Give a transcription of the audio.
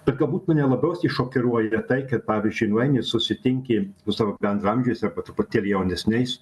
bet galbūt mane labiausiai šokiruoja tai kad pavyzdžiui nueini susitinki su savo bendraamžiais arba truputėlį jaunesniais